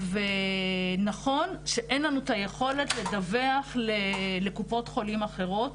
נכון שאין לנו את היכולת לדווח לקופות חולים אחרות